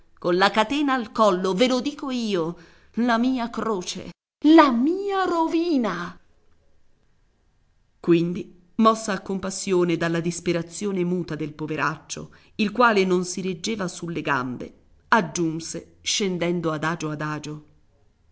maritato colla catena al collo ve lo dico io la mia croce la mia rovina quindi mossa a compassione dalla disperazione muta del poveraccio il quale non si reggeva sulle gambe aggiunse scendendo adagio adagio